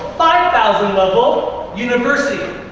five thousand level, university.